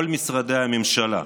כל משרדי הממשלה,